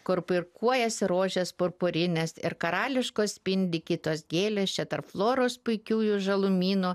kur puikuojasi rožės purpurinės ir karališkos spindi kitos gėlės čia tarp floros puikiųjų žalumynų